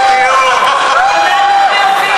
השרה מירי רגב,